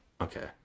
Okay